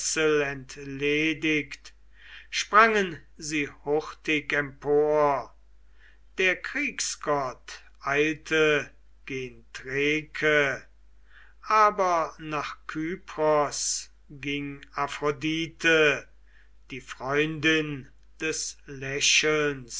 entledigt sprangen sie hurtig empor der kriegsgott eilte gen thrake aber nach kypros ging aphrodite die freundin des lächelns